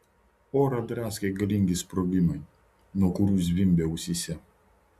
orą draskė galingi sprogimai nuo kurių zvimbė ausyse